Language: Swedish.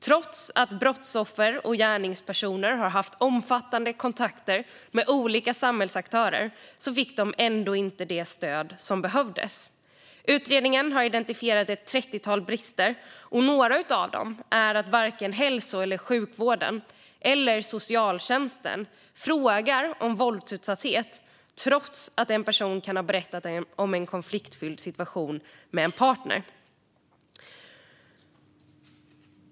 Trots att brottsoffer och gärningspersoner har haft omfattande kontakter med olika samhällsaktörer fick de ändå inte det stöd som behövdes. Utredningen har identifierat ett trettiotal brister. Några av dem är att varken hälso och sjukvården eller socialtjänsten frågar om våldsutsatthet trots att en person kan ha berättat om en konfliktfylld situation med en partner.